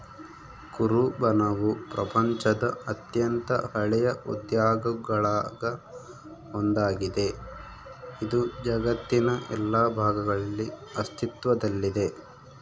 ಕುರುಬನವು ಪ್ರಪಂಚದ ಅತ್ಯಂತ ಹಳೆಯ ಉದ್ಯೋಗಗುಳಾಗ ಒಂದಾಗಿದೆ, ಇದು ಜಗತ್ತಿನ ಎಲ್ಲಾ ಭಾಗಗಳಲ್ಲಿ ಅಸ್ತಿತ್ವದಲ್ಲಿದೆ